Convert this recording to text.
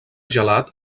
gelat